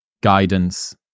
guidance